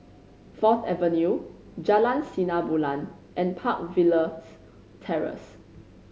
Fourth Avenue Jalan Sinar Bulan and Park Villas Terrace